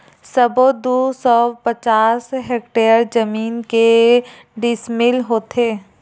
सबो दू सौ पचास हेक्टेयर जमीन के डिसमिल होथे?